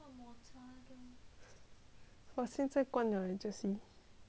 !wah! 现在关了你就喜欢